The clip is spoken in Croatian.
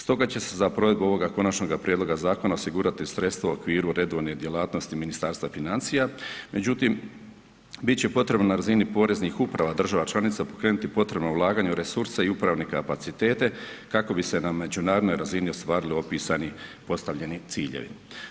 Stoga će se za provedbu ovoga konačnog prijedloga zakona osigurati sredstva u okviru redovne djelatnosti Ministarstva financija, međutim, bit će potrebno na razini poreznih uprava država članica pokrenuti potrebno ulaganje u resurse i upravne kapacitete kako bi se na međunarodnoj razini ostvarili opisani postavljeni ciljevi.